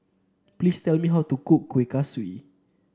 please tell me how to cook Kuih Kaswi